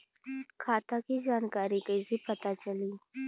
खाता के जानकारी कइसे पता चली?